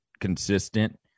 consistent